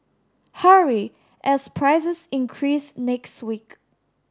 hurry as prices increase next week